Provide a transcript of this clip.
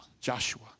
Joshua